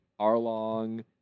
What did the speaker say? Arlong